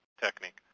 technique